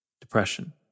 depression